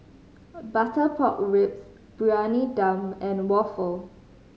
butter pork ribs Briyani Dum and waffle